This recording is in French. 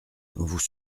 vous